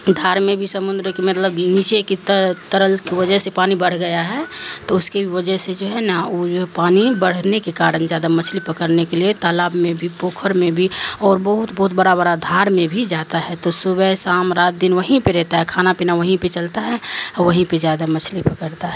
دھار میں بھی سمندر کی مطلب نیچے کی ترل کی وجہ سے پانی بڑھ گیا ہے تو اس کی وجہ سے جو ہے نا وہ پانی بڑھنے کے کارن زیادہ مچھلی پکڑنے کے لیے تالاب میں بھی پوکھر میں بھی اور بہت بہت بڑا بڑا دھار میں بھی جاتا ہے تو صبح شام رات دن وہیں پہ رہتا ہے کھانا پینا وہیں پہ چلتا ہے وہیں پہ زیادہ مچھلی پکڑتا ہے